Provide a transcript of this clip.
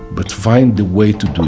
but find the way to do um